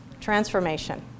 transformation